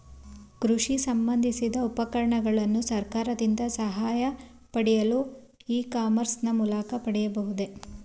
ಕೃಷಿ ಸಂಬಂದಿಸಿದ ಉಪಕರಣಗಳನ್ನು ಸರ್ಕಾರದಿಂದ ಸಹಾಯ ಪಡೆಯಲು ಇ ಕಾಮರ್ಸ್ ನ ಮೂಲಕ ಪಡೆಯಬಹುದೇ?